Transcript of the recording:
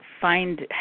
find